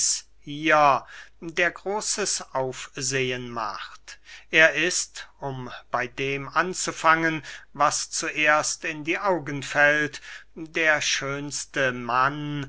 hier der großes aufsehen macht er ist um bey dem anzufangen was zuerst in die augen fällt der schönste mann